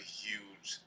huge